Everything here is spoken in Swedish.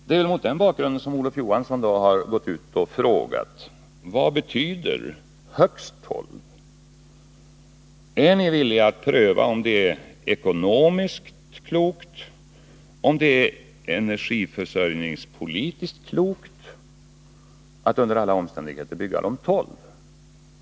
Det är mot den bakgrunden som Olof Johansson gått ut och frågat: Vad betyder högst tolv? Är ni villiga att pröva om det är ekonomiskt klokt och om det är energiförsörjningspolitiskt klokt att under alla omständigheter bygga de tolv reaktorerna?